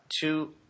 two